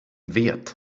wert